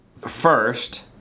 first